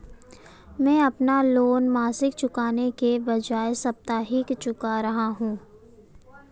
मैं अपना लोन मासिक चुकाने के बजाए साप्ताहिक चुका रहा हूँ